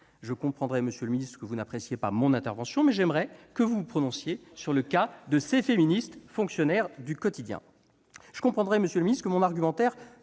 Je comprendrais, monsieur le secrétaire d'État, que vous n'appréciiez pas mon intervention. Mais j'aimerais que vous vous prononciez sur le cas de ces féministes fonctionnaires du quotidien. Je comprendrais aussi que mon argumentaire